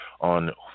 on